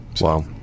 Wow